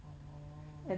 orh